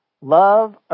Love